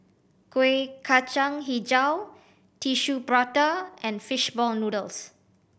Kueh Kacang Hijau Tissue Prata and fish ball noodles